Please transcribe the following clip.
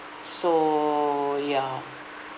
so ya